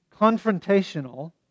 confrontational